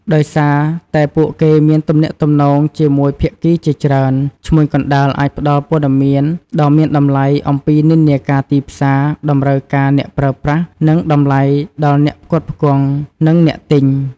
ដោយសារតែពួកគេមានទំនាក់ទំនងជាមួយភាគីជាច្រើន ឈ្មួញកណ្តាលអាចផ្តល់ព័ត៌មានដ៏មានតម្លៃអំពីនិន្នាការទីផ្សារ តម្រូវការអ្នកប្រើប្រាស់ និងតម្លៃដល់ទាំងអ្នកផ្គត់ផ្គង់ និងអ្នកទិញ។